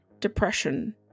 depression